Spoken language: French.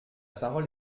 parole